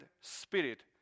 spirit